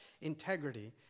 integrity